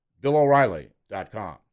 BillOReilly.com